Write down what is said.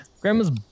Grandma's